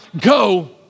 go